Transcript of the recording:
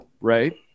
right